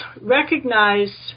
recognize